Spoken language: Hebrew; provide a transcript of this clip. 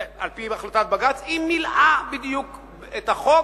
ועל-פי החלטת בג"ץ היא מילאה בדיוק את החוק,